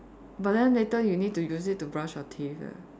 but then later you need to use it to brush your teeth leh